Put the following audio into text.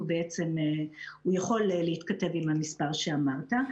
יכול להתכתב עם המספר שאמרת.